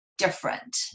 Different